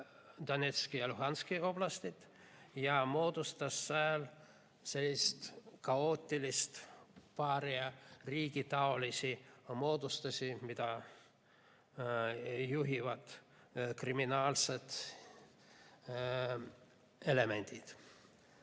Donetski ja Luganski oblasti, ja moodustas sääl selliseid kaootilise paariariigitaolisi moodustisi, mida juhivad kriminaalsed elemendid.